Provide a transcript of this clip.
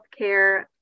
healthcare